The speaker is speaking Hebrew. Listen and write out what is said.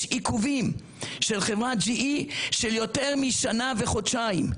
עיכובים של חברת GE של יותר משנה וחודשיים,